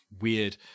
weird